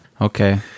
Okay